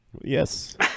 Yes